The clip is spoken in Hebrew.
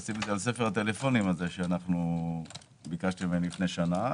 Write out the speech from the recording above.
לשים את זה על ספר הטלפונים שביקשתם ממני לפני שנה להכין.